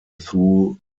through